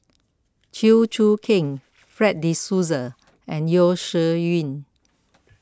Chew Choo Keng Fred De Souza and Yeo Shih Yun